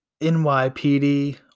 NYPD